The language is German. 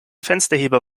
fensterheber